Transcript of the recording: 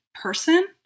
person